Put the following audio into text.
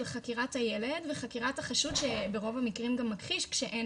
חקירת הילד וחקירת החשוד שברוב המקרים גם מכחיש כשאין